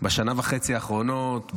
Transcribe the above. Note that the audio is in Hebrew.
בשנה וחצי האחרונות,